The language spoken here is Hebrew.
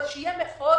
אבל שיהיה ברור